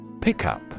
Pickup